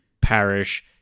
parish